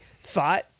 thought